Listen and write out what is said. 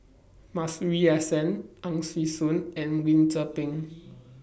Masuri S N Ang Swee Aun and Lim Tze Peng